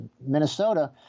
Minnesota